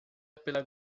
pela